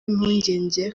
impungenge